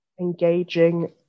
engaging